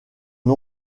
nom